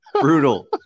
Brutal